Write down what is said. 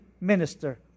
minister